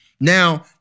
Now